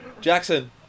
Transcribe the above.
Jackson